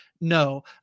no